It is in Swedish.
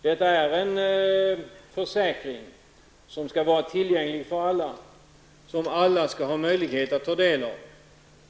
Detta är en försäkring som skall vara tillgänglig för alla och som alla skall ha möjlighet att ta del av.